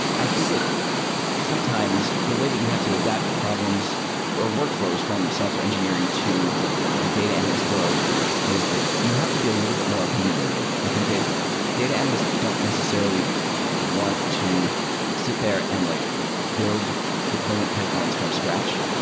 i think that sometimes the way that you have to adapt problems or workflows from software engineering to the data analyst world is that you have to be a little bit more opinionated. i think that data analysts don't necessarily want to sit there and like build deployment pipelines from scratch.